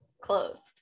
closed